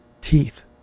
Teeth